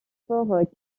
sport